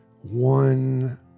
one